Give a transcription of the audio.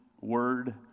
Word